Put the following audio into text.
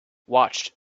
watched